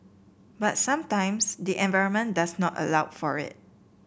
but sometimes the environment does not allow for it